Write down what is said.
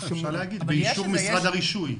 אפשר להגיד באישור משרד הרישוי.